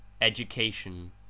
Education